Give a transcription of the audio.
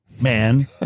man